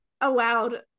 allowed